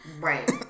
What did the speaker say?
Right